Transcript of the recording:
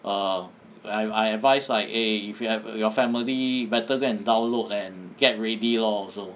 err I advice like eh if you have your family better go and download and get ready lor also